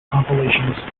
compilations